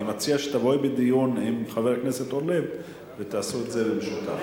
אני מציע שתבואי לדיון עם חבר הכנסת אורלב ותעשו את זה במשותף.